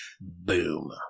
Boom